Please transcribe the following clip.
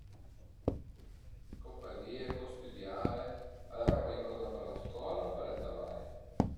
Co fazìe? Co stüdiave? Al era cuaicoza për la scola o për ël travai?